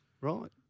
Right